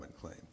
claim